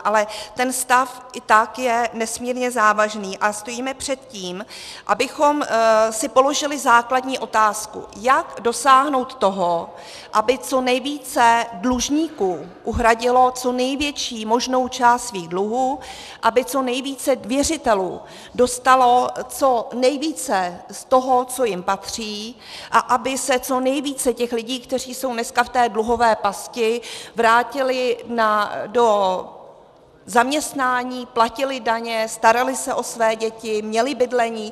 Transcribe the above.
Ale ten stav i tak je nesmírně závažný a stojíme před tím, abychom si položili základní otázku, jak dosáhnout toho, aby co nejvíce dlužníků uhradilo co největší možnou část svých dluhů, aby co nejvíce věřitelů dostalo co nejvíce z toho, co jim patří, a aby se co nejvíce těch lidí, kteří jsou dneska v té dluhové pasti, vrátilo do zaměstnání, platili daně, starali se o své děti, měli bydlení.